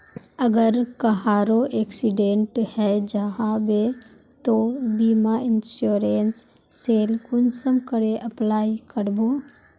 अगर कहारो एक्सीडेंट है जाहा बे तो बीमा इंश्योरेंस सेल कुंसम करे अप्लाई कर बो?